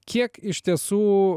kiek iš tiesų